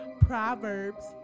Proverbs